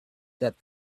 that